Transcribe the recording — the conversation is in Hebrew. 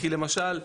כי למשל,